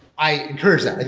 i encourage that.